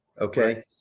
okay